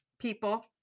People